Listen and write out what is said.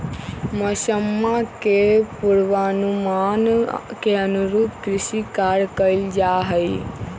मौसम्मा के पूर्वानुमान के अनुरूप कृषि कार्य कइल जाहई